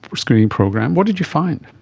screening program. what did you find?